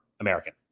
American